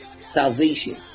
salvation